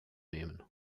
nehmen